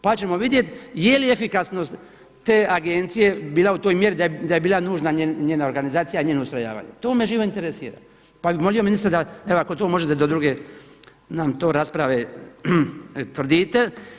Pa ćemo vidjeti je li efikasnost te Agencije bila u toj mjeri da je bila nužna organizacija, njeno ustrojavanje to me živo interesira, pa bih molio ministra da evo ako to možete do druge nam to rasprave utvrdite.